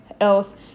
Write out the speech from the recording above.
Else